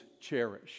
cherish